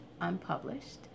Unpublished